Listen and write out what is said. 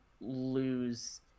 lose